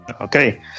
Okay